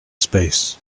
space